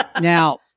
Now